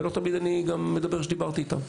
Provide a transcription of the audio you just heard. ולא תמיד אני גם מדבר שדיברתי איתם.